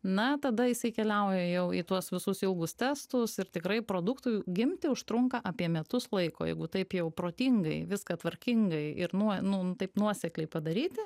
na tada jisai keliauja jau į tuos visus ilgus testus ir tikrai produktui gimti užtrunka apie metus laiko jeigu taip jau protingai viską tvarkingai ir nuo nu taip nuosekliai padaryti